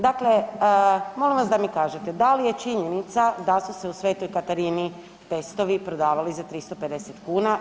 Dakle, molim vas da mi kažete da li je činjenica da su se u sv. Katarini testovi prodavali za 350 kuna.